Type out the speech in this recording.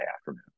afternoon